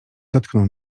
dotknął